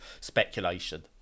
speculation